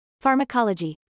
Pharmacology